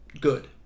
good